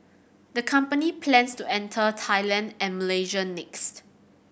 the company plans to enter Thailand and Malaysia next